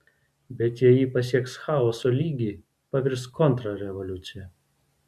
bet jei ji pasieks chaoso lygį pavirs kontrrevoliucija